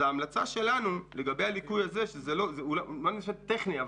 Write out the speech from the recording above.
ההמלצה שלנו לגבי הליקוי הזה שאמרנו שהוא טכני,